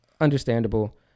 Understandable